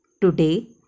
Today